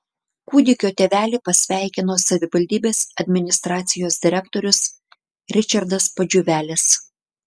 kūdikio tėvelį pasveikino savivaldybės administracijos direktorius ričardas pudževelis